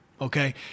Okay